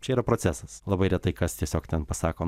čia yra procesas labai retai kas tiesiog ten pasako